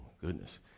goodness